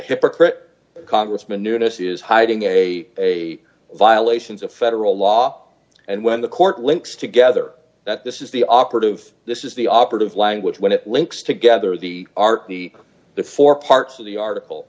hypocrite congressman newness is hiding a a violations of federal law and when the court links together that this is the operative this is the operative language when it links together the arche the four parts of the article